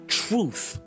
truth